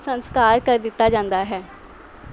ਸੰਸਕਾਰ ਕਰ ਦਿੱਤਾ ਜਾਂਦਾ ਹੈ